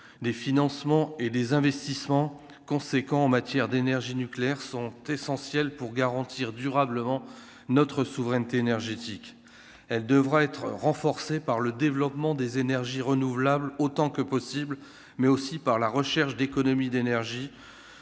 des financements et des investissements conséquents en matière d'énergie nucléaire sont essentielles pour garantir durablement notre souveraineté énergétique, elle devra être renforcée par le développement des énergies renouvelables, autant que possible, mais aussi par la recherche d'économies d'énergie